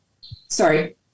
sorry